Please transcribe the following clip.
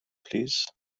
plîs